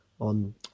on